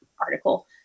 article